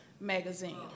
magazine